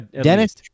Dennis